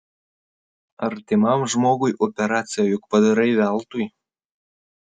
artimam žmogui operaciją juk padarai veltui